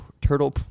Turtle